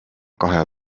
kahe